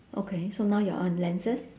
okay so now you're on lenses